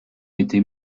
été